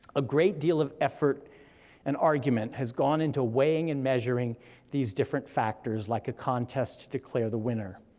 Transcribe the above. a great deal of effort and argument has gone into weighing and measuring these different factors like a contest to declare the winner.